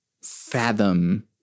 fathom